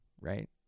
Right